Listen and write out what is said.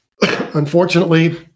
unfortunately